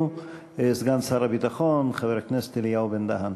סגן שר הביטחון חבר הכנסת אלי בן-דהן.